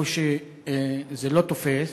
איפה שזה לא תופס,